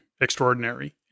extraordinary